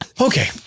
Okay